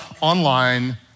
online